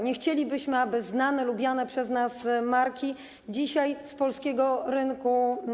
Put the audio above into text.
Nie chcielibyśmy, aby znane, lubiane przez nas marki dzisiaj wypadły z polskiego rynku.